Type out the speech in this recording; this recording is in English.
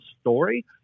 story